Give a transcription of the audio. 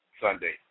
Sunday